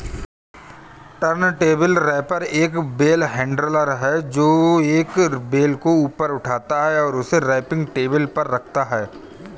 turntable wrapper एक bale handler है, जो एक बेल को ऊपर उठाता है और उसे रैपिंग टेबल पर रखता है